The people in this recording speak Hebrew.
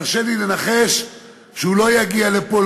תרשה לי לנחש שהוא לא יגיע לפה,